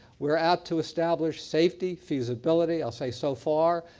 we are out to establish safety, feasibility. i'll say so far,